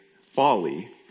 folly